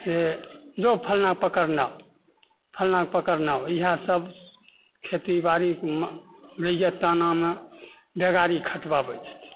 से जो फलना पकड़ लाउ फलना कऽ पकड़ने आउ इहए सब खेतीबाड़ीमे रैयततानामे बेगारी खटबाबैत छै